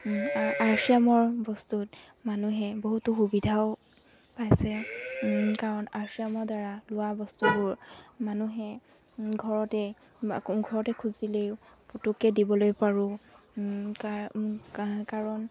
R C এমৰ বস্তুত মানুহে বহুতো সুবিধাও পাইছে কাৰণ আৰ চি এমৰ দ্বাৰা লোৱা বস্তুবোৰ মানুহে ঘৰতে ঘৰতে খুজিলেও পুটককৈ দিবলৈ পাৰোঁ কা কাৰণ